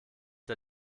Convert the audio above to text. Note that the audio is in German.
der